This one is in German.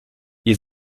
ihr